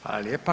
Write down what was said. Hvala lijepa.